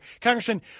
Congressman